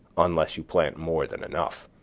unless you plant more than enough.